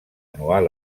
anual